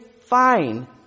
fine